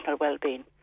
well-being